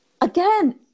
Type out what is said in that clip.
Again